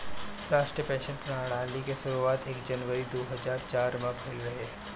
राष्ट्रीय पेंशन प्रणाली के शुरुआत एक जनवरी दू हज़ार चार में भईल रहे